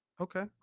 Okay